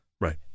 Right